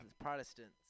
Protestants